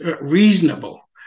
reasonable